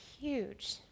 huge